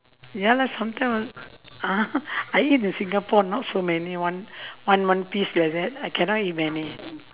ya lah sometime I'll ah I eat the singapore not so many one one one piece like that I cannot eat many